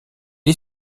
est